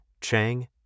Chang